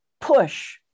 push